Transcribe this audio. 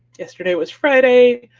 yesterday was friday.